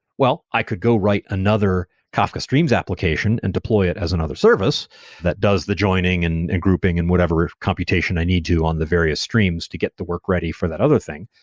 well i could go write another kafka streams application and deploy it as another service that does the joining and and grouping and whatever computation i need do on the various streams to get the work ready for that other thing.